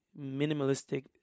minimalistic